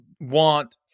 want